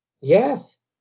Yes